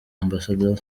amb